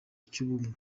cy’ubumwe